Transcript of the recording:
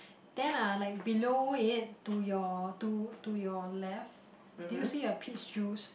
then uh like below it to your to to your left do you see a peach juice